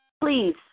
Please